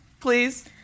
Please